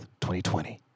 2020